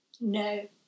No